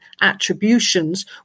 attributions